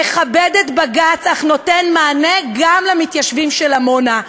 מכבד את בג"ץ אך נותן מענה גם למתיישבים של עמונה.